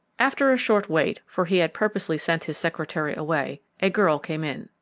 after a short wait for he had purposely sent his secretary away a girl came in.